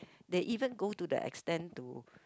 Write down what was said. they even go to the extent to